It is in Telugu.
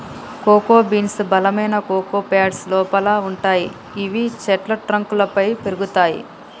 కోకో బీన్స్ బలమైన కోకో ప్యాడ్స్ లోపల వుంటయ్ గివి చెట్ల ట్రంక్ లపైన పెరుగుతయి